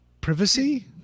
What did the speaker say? Privacy